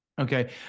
Okay